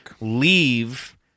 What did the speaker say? leave